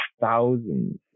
thousands